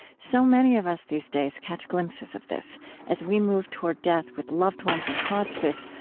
so many of us these days catch glimpses of this as we move toward death with loved ones in hospice,